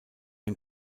ein